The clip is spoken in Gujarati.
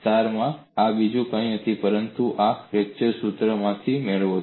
સારમાં આ બીજું કંઈ નથી પરંતુ તમે તમારા ફ્લેક્ચર સૂત્ર માંથી મેળવો છો